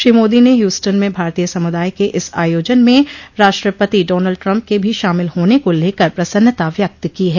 श्री मोदी ने ह्यूस्टन में भारतीय समुदाय के इस आयोजन में राष्ट्रपति डॉनल्ड ट्रम्प के भी शामिल होने को लेकर प्रसन्नता व्यक्त की है